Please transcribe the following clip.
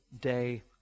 day